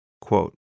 Quote